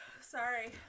Sorry